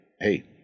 hey